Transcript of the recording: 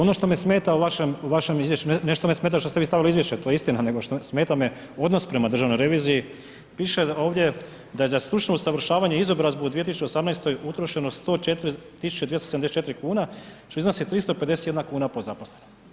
Ono što me smeta u vašem izvješću, ne što me smeta što ste vi stavili u izvješće, to je istina, nego smeta me odnos prema Državnoj reviziji, piše ovdje da je za stručno usavršavanje i izobrazbu u 2018. utrošeno 104 274 kn što iznosi 351 kn po zaposlenom.